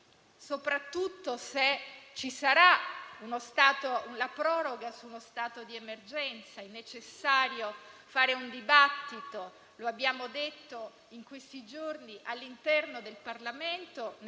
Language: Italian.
In questo senso, i due emendamenti che sono stati approvati cominciano a rimettere al centro anche il patrimonio culturale di cui è ricco questo Paese. E quando parliamo di cultura